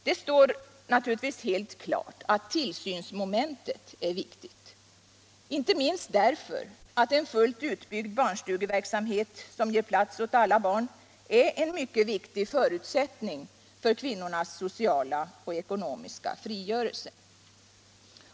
Det står naturligtvis helt klart att tillsynsmomentet är viktigt, inte minst därför att en fullt utbyggd barnstugeverksamhet, som ger plats åt alla barn, är en mycket väsentlig förutsättning för kvinnornas sociala och ekonomiska frigörelse.